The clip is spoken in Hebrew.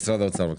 משרד האוצר.